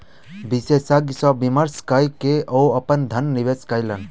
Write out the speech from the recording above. विशेषज्ञ सॅ विमर्श कय के ओ अपन धन निवेश कयलैन